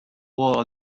wall